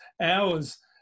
hours